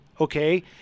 okay